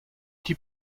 die